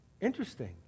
Interesting